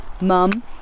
Mum